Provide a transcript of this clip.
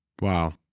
Wow